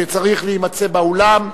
שצריך להימצא באולם.